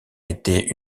été